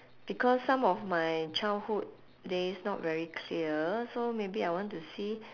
because some of my childhood days not very clear so maybe I want to see